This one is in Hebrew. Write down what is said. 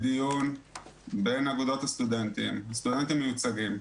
בדיון בין אגודות הסטודנטים, הסטודנטים מיוצגים,